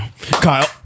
Kyle